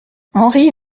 henri